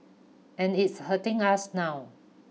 and it's hurting us now